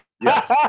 Yes